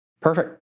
Perfect